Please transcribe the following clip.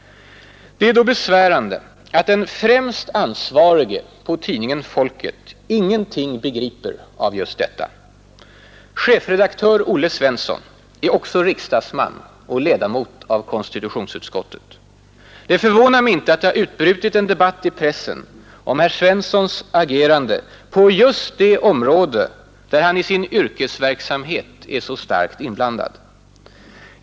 Det är då besvärande att den främst ansvarige på tidningen Folket ingenting begriper av just detta. Chefredaktör Olle Svensson är också riksdagsman och ledamot av konstitutionsutskottet. Det förvånar mig inte att det utbrutit en debatt i pressen om herr Svenssons agerande på just det område där han i sin yrkesverksamhet är så starkt inblandad.